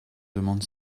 demandent